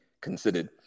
considered